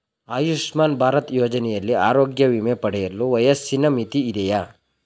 ಆಯುಷ್ಮಾನ್ ಭಾರತ್ ಯೋಜನೆಯಲ್ಲಿ ಆರೋಗ್ಯ ವಿಮೆ ಪಡೆಯಲು ವಯಸ್ಸಿನ ಮಿತಿ ಇದೆಯಾ?